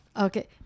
okay